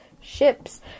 ships